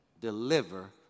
deliver